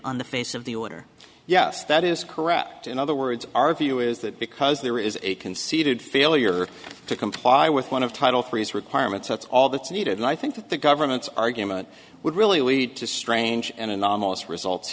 on the face of the order yes that is correct in other words our view is that because there is a conceded failure to comply with one of title freeze requirements that's all that's needed and i think that the government's argument would really lead to strange and anomalous results